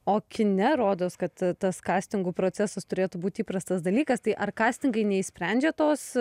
o kine rodos kad tas kastingų procesas turėtų būt įprastas dalykas tai ar kastingai neišsprendžia tos